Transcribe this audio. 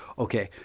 okay.